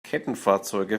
kettenfahrzeuge